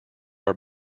are